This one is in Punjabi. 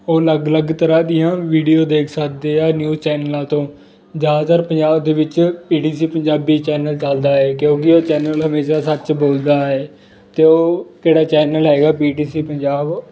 ਉਹ ਅਲੱਗ ਅਲੱਗ ਤਰ੍ਹਾਂ ਦੀਆਂ ਵੀਡੀਓ ਦੇਖ ਸਕਦੇ ਆ ਨਿਊਜ਼ ਚੈਨਲਾਂ ਤੋਂ ਜ਼ਿਆਦਾਤਰ ਪੰਜਾਬ ਦੇ ਵਿੱਚ ਪੀਟੀਸੀ ਪੰਜਾਬੀ ਚੈਨਲ ਚੱਲਦਾ ਏ ਕਿਉਂਕਿ ਉਹ ਚੈਨਲ ਹਮੇਸ਼ਾਂ ਸੱਚ ਬੋਲਦਾ ਏ ਅਤੇ ਉਹ ਕਿਹੜਾ ਚੈਨਲ ਹੈਗਾ ਪੀਟੀਸੀ ਪੰਜਾਬ